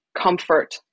Comfort